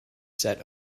set